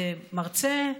מרצה,